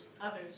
Others